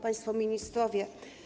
Państwo Ministrowie!